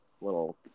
little